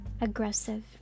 aggressive